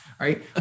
right